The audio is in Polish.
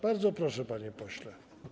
Bardzo proszę, panie pośle.